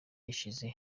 gishize